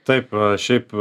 taip šiaip